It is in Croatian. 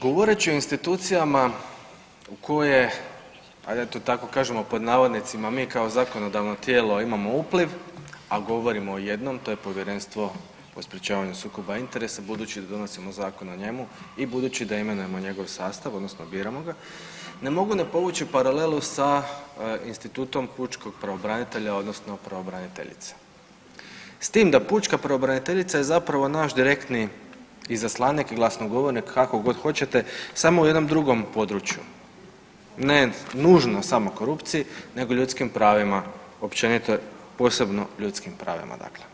Govoreći o institucijama u koje, ajde da to tako kažemo pod navodnicima, mi kao zakonodavno tijelo imamo upliv, a govorimo o jednom, to je Povjerenstvo o sprječavanju sukoba interesa, budući da donosimo zakon o njemu i budući da imenujemo njegov sastav, odnosno biramo ga, ne mogu ne povući paralelu sa institutom pučkog pravobranitelja odnosno pravobraniteljice, s tim da pučka pravobraniteljica je zapravo naš direktni izaslanik i glasnogovornik, kako god hoćete, samo u jednom drugom području, ne nužno samo korupciji nego ljudskim pravima općenito, posebno ljudskim pravima dakle.